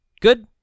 Good